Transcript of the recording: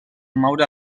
moure